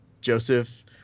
Joseph